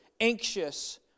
anxious